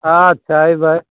अच्छा अयबै